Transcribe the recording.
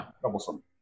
troublesome